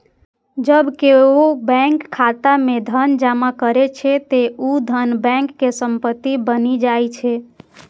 जब केओ बैंक खाता मे धन जमा करै छै, ते ऊ धन बैंक के संपत्ति बनि जाइ छै